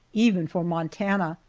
even for montana,